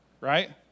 Right